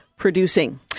producing